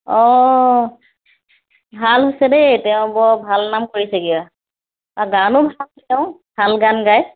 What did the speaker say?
অঁ ভাল হৈছে দেই তেওঁ বৰ ভাল নাম কৰিছেগৈ আৰু আৰু গানো ভাল তেওঁ ভাল গান গায়